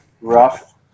Rough